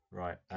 right